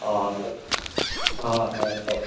অঁ অঁ হয় কওক